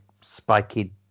spiky